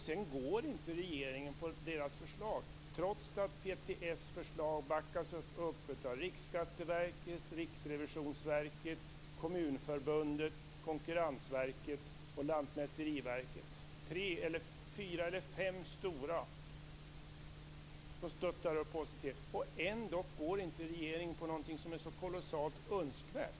Sedan går regeringen inte med på förslaget, trots att PTS:s förslag backas upp av Riksskatteverket, Riksrevisionsverket, Kommunförbundet, Konkurrensverket och Lantmäteriverket. Fem stora stöttar alltså PTS. Ändå går regeringen inte med på något som är så kolossalt önskvärt.